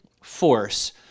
force